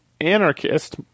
anarchist